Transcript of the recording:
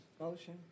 Motion